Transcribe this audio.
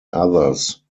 others